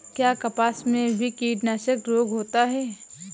क्या कपास में भी कीटनाशक रोग होता है?